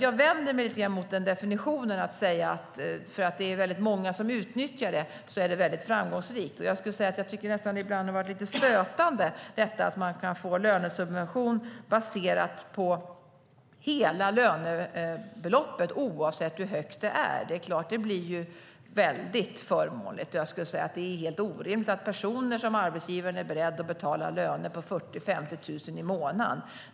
Jag vänder mig därför emot att man säger att för att det är många som utnyttjar det är det väldigt framgångsrikt. Jag tycker att det ibland har varit nästan lite stötande att man kan få lönesubvention baserad på hela lönebeloppet, oavsett hur högt det är. Det är klart att det blir väldigt förmånligt. Det är helt orimligt om en arbetsgivare är beredd att betala en lön på 40 000-50 000 i månaden.